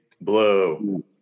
Blue